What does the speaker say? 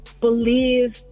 believe